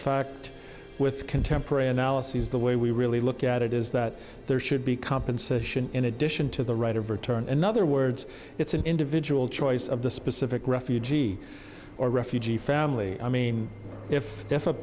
fact with contemporary analyses the way we really look at it is that there should be compensation in addition to the right of return in other words it's an individual choice of the specific refugee or refugee family i mean if